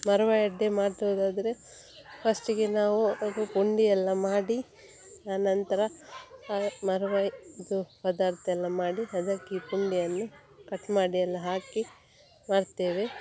ಮರ್ವಾಯಿ ಅಡ್ಡೆ ಮಾಡುದಾದ್ರೆ ಫಸ್ಟಿಗೆ ನಾವು ಅದು ಪುಂಡಿಯೆಲ್ಲ ಮಾಡಿ ಅನಂತರ ಆ ಮರ್ವಾಯಿ ಇದು ಪದಾರ್ಥಯೆಲ್ಲ ಮಾಡಿ ಅದಕ್ಕೆ ಪುಂಡಿಯನ್ನು ಕಟ್ ಮಾಡಿಯೆಲ್ಲ ಹಾಕಿ ಮಾಡ್ತೇವೆ